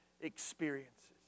experiences